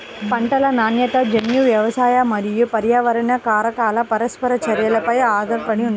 పంటల నాణ్యత జన్యు, వ్యవసాయ మరియు పర్యావరణ కారకాల పరస్పర చర్యపై ఆధారపడి ఉంటుంది